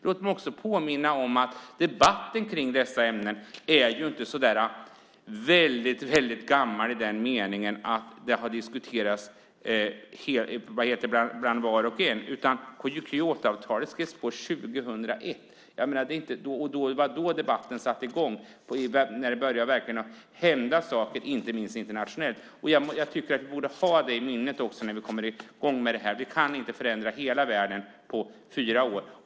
Låt mig också påminna om att debatten kring dessa ämnen inte är så väldigt gammal i den meningen att frågan har diskuterats av var och en. Kyotoavtalet skrevs under 2001. Då satte debatten i gång, och det började hända saker inte minst internationellt. Jag tycker att vi borde ha det i minnet när vi kommer i gång med detta. Vi kan inte förändra hela världen på fyra år.